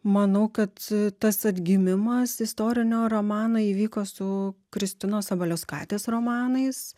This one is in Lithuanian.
manau kad tas atgimimas istorinio romano įvyko su kristinos sabaliauskaitės romanais